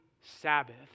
Sabbath